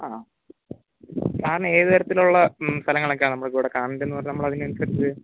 ആണോ സാറിന് ഏത് തരത്തിൽ ഉള്ള സ്ഥലങ്ങൾ ഒക്കെയാണ് നമുക്ക് ഇവിടെ കാണണ്ടത് എന്ന് പറഞ്ഞാൽ നമ്മൾ അതിനനുസരിച്ച്